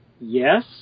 yes